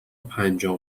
پنجاه